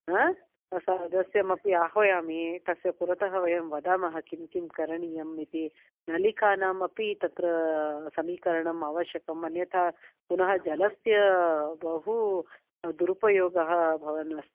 सदस्यमपि आह्वयामि तस्य पुरतः वयं वदामः किं किं करणीयम् इति नलिकानाम् अपि तत्र समीकरणम् आवश्यकम् अन्यथा पुनः जलस्य बहु दुरुपोगः भवन् अस्ति